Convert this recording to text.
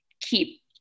keep